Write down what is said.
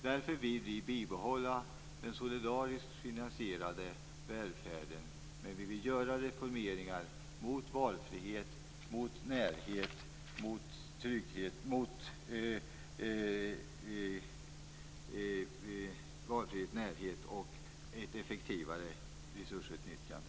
Därför vill vi behålla den solidariskt finansierade välfärden, men vi vill göra reformer som går mot valfrihet, närhet och ett effektivare resursutnyttjande.